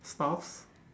stuff